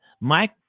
Mike